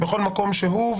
בכל מקום שהוא.